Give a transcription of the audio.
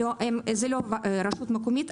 זה לא רשות מקומית.